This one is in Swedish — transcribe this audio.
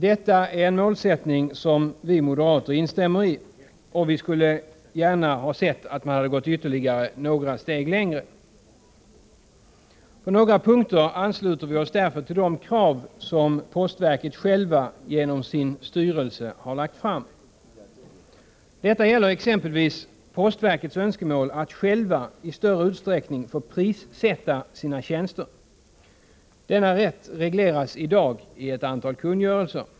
Det är en målsättning som vi moderater instämmer i. Vi skulle gärna ha sett att man hade gått några steg längre. På några punkter ansluter vi oss därför till de krav som postverket självt genom sin styrelse har ställt. Det gäller exempelvis postverkets önskemål att självt i större utsträckning få prissätta sina tjänster. Denna rätt regleras i dag i ett antal kungörelser.